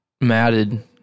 matted